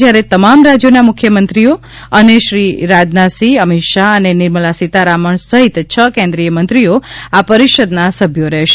જયારે તમામ રાજયોના મુખ્યમંત્રીઓ અને શ્રી રાજનાથસિંહ અમિત શાહ અને નિર્મલા સિતારમણ સહિત છ કેન્દ્રિય મંત્રીઓ આ પરિષદના સભ્યો રહેશે